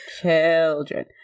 Children